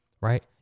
Right